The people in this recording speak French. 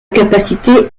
capacité